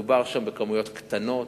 מדובר שם במספרים קטנים.